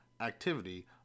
activity